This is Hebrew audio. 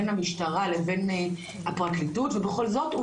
בין המשטרה ובין הפרקליטות ובכל זאת הוא